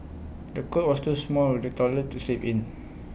the cot was too small for the toddler to sleep in